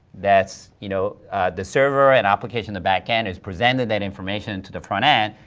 that's you know the server and application, the back end has presented that information to the front end,